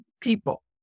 people